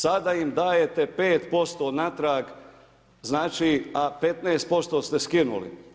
Sada im dajete 5% natrag, znači, a 15% ste skinuli.